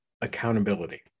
accountability